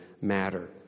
matter